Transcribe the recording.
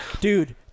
Dude